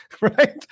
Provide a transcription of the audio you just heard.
right